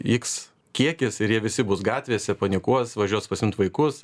iks kiekis ir jie visi bus gatvėse panikuos važiuos pasimt vaikus